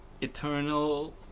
eternal